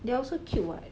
they are also cute [what]